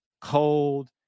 cold